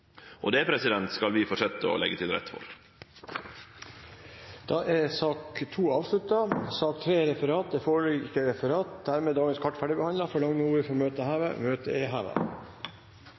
Og det skal vi fortsetje å leggje til rette for. Dermed er sak nr. 2 ferdigbehandlet. Det foreligger ikke referat. Dermed er dagens kart ferdig behandlet. Forlanger noen ordet før møtet heves? – Møtet er